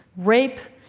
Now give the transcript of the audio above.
rape,